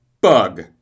bug